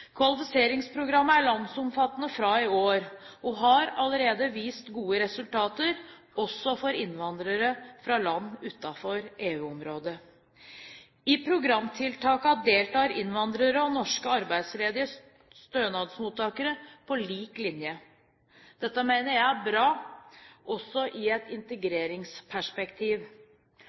Kvalifiseringsprogrammet er landsomfattende fra i år og har allerede vist gode resultater, også for innvandrere fra land utenfor EU-området. I programtiltakene deltar innvandrere og norske arbeidsledige stønadsmottakere på lik linje. Dette mener jeg er bra, også i et integreringsperspektiv.